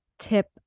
tip